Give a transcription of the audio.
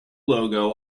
logo